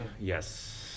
Yes